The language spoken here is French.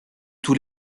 tous